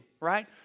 right